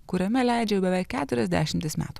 kuriame leidžia jau beveik keturias dešimtis metų